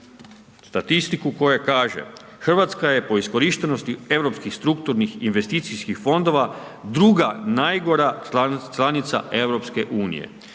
statistiku koja kaže. Hrvatska je po iskorištenosti EU strukturnih investicijskih fondova 2. najgora članica EU. Do kraja